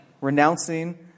renouncing